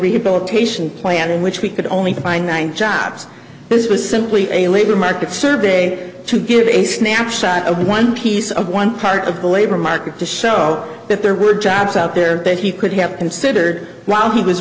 rehabilitation plan in which we could only find one jobs this was simply a labor market survey to give a snapshot of one piece of one part of the labor market to sell that there were jobs out there that he could have considered while he was